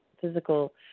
physical